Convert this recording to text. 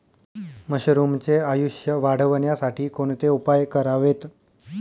मशरुमचे आयुष्य वाढवण्यासाठी कोणते उपाय करावेत?